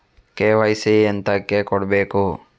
KYC ಎಂತಕೆ ಕೊಡ್ಬೇಕು?